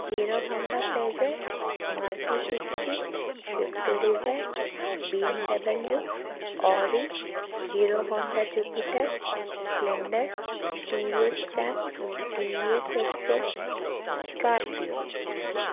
Hero Honda pleasure Maruti Suzuki swift desire BMW Audi Hero Honda jupiter splendour TVS sam TVS excel scorpio